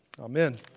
Amen